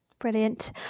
brilliant